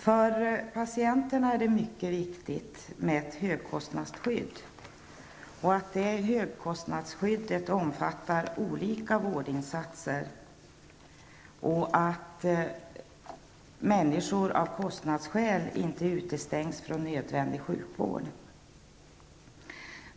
För patienterna är det mycket viktigt med ett högkostnadsskydd, att det omfattar olika vårdinsatser och att människor av kostnadsskäl inte utestängs från nödvändig sjukvård.